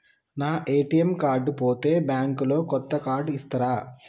నా ATM card పోతే bank లో కొత్త కార్డు ఇస్తరా?